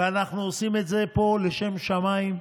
ואנחנו עושים את זה פה לשם שמיים,